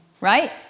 Right